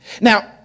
Now